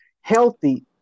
healthy